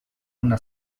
una